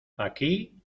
aquí